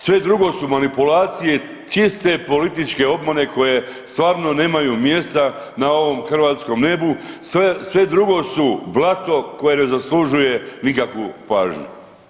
Sve drugo su manipulacije čiste političke obmane koje stvarno nemaju mjesta na ovom hrvatskom nebu, sve drugo su blato koje ne zaslužuje nikakvu pažnju.